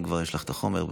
אם כבר יש לכם את החומר.